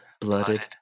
blooded